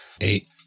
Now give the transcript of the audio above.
Eight